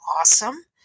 awesome